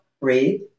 breathe